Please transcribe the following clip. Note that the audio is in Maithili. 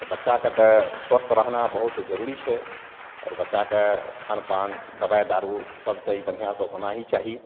तऽ बच्चाकेँ तऽ स्वस्थ रहना बहुत जरूरी छै आओर बच्चाके खान पान दवाइ दारू सब तऽ ई बढ़िआँसे होना ही चाही